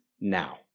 now